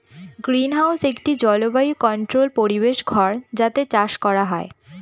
greenhouse একটি জলবায়ু controlled পরিবেশ ঘর যাতে চাষ করা হয়